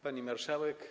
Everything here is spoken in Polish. Pani Marszałek!